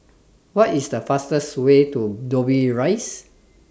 What IS The fastest Way to Dobbie Rise